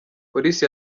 polisi